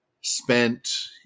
spent